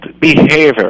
behavior